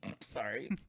Sorry